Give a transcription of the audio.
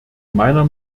meiner